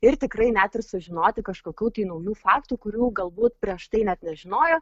ir tikrai net ir sužinoti kažkokių tai naujų faktų kurių galbūt prieš tai net nežinojo